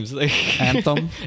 anthem